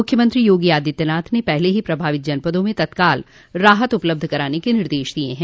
मुख्यमंत्री योगी आदित्यनाथ ने पहले ही प्रभावित जनपदों में तत्काल राहत उपलब्ध कराने के निर्देश दिये हैं